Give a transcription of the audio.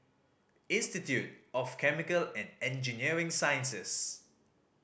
Institute of Chemical and Engineering Sciences